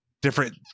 different